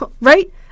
Right